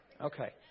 Okay